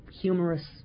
humorous